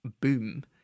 boom